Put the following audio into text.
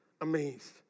Amazed